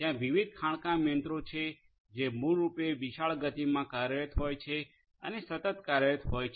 ત્યાં વિવિધ ખાણકામ યંત્રો છે જે મૂળરૂપે વિશાળ ગતિમાં કાર્યરત હોય છે અને સતત કાર્યરત હોય છે